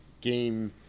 game